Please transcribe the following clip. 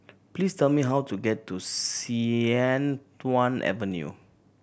please tell me how to get to Sian Tuan Avenue